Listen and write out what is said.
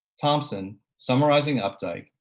thompson, summarizing updike,